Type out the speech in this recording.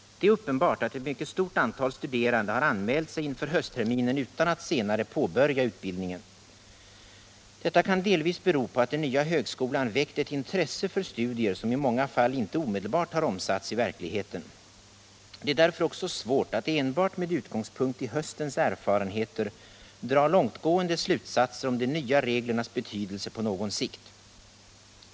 Det är uppenbart att ett mycket stort antal studerande har anmält sig inför höstterminen utan att senare påbörja utbildningen. Detta kan delvis bero på att den nya högskolan väckt ett intresse för studier som i många fall inte omedelbart har omsatts i verkligheten. Det är därför också svårt att enbart med utgångspunkt i höstens erfarenheter dra långtgående slutsatser om de nya reglernas betydelse på någon sikt.